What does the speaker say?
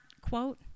quote